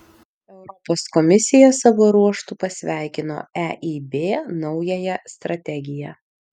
europos komisija savo ruožtu pasveikino eib naująją strategiją